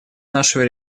нашего